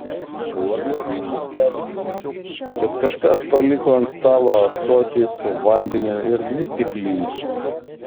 labiau jį nustebino kad kažkas paliko ant stalo ąsotį su vandeniu ir dvi stiklines